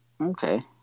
Okay